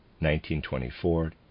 1924